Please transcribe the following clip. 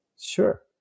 Sure